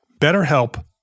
BetterHelp